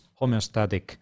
homeostatic